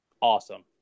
Awesome